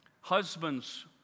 husbands